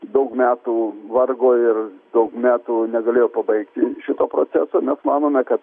daug metų vargo ir daug metų negalėjo pabaigti šito proceso mes manome kad